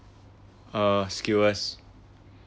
uh skewers